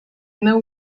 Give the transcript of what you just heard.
know